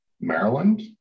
Maryland